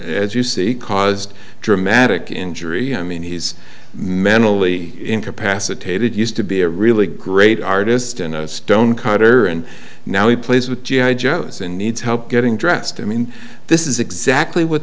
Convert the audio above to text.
as you see caused dramatic injury i mean he's mentally incapacitated used to be a really great artist and a stone cutter and now he plays with g i joes and needs help getting dressed i mean this is exactly what